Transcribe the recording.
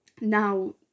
now